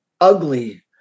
ugly